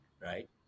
Right